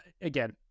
again